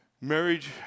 Marriage